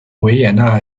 维也纳